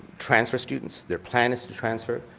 transfer students, their plan is to transfer,